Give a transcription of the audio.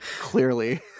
clearly